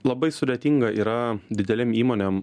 labai sudėtinga yra didelėm įmonėm